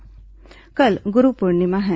गुरू पूर्णिमा कल गुरू पूर्णिमा है